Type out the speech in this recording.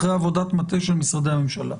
אחרי עבודת מטה של משרדי הממשלה.